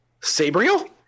Sabriel